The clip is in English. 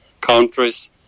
countries